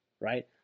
right